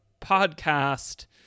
podcast